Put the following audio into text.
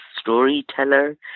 storyteller